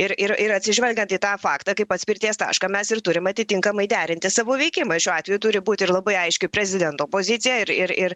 ir ir ir atsižvelgiant į tą faktą kaip atspirties tašką mes turim atitinkamai derinti savo veikimą šiuo atveju turi būt ir labai aiški prezidento pozicija ir ir